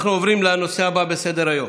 אנחנו עוברים לנושא הבא בסדר-היום: